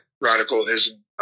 radicalism